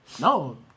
No